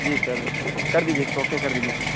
جی sir کر دیجیے اس کو اوکے کر دیجیے سر